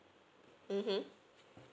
mmhmm